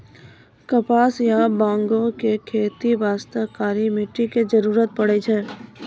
कपास या बांगो के खेती बास्तॅ काली मिट्टी के जरूरत पड़ै छै